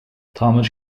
táimid